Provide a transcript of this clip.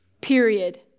period